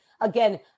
Again